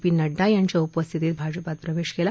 P Nadda यांच्या उपस्थितीत प्रवेश केला